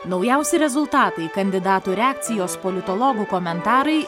naujausi rezultatai kandidatų reakcijos politologų komentarai